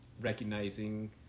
recognizing